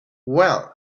well